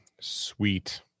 sweet